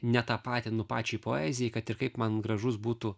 netapatinu pačiai poezijai kad ir kaip man gražus būtų